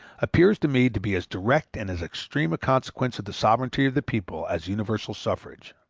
appears to me to be as direct and as extreme a consequence of the sovereignty of the people as universal suffrage.